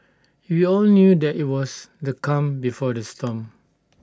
we all knew that IT was the calm before the storm